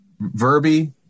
Verby